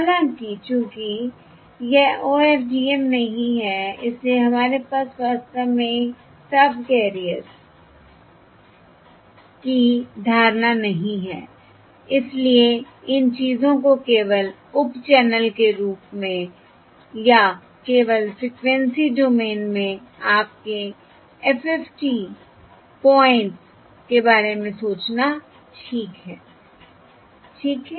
हालाँकि चूंकि यह OFDM नहीं है इसलिए हमारे पास वास्तव में सबकैरियर्स की धारणा नहीं है इसलिए इन चीजों को केवल उप चैनल के रूप में या केवल फ्रिकवेंसी डोमेन में आपके FFT पॉइंट्स के बारे में सोचना ठीक है ठीक है